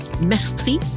messy